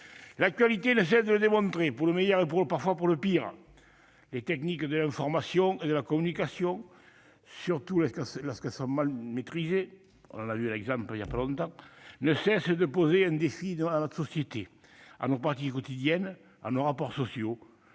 L'actualité ne cesse de le démontrer pour le meilleur et parfois le pire, les technologies de l'information et de la communication, surtout lorsqu'elles sont mal maîtrisées- nous en avons eu récemment un exemple-, ne cessent de poser un défi à notre société, à nos pratiques quotidiennes, à nos rapports sociaux,